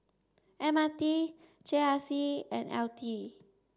M R T G R C and L T